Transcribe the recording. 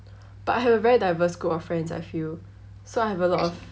but I have a very diverse group of friends I feel so I have a lot of